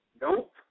Nope